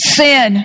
sin